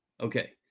Okay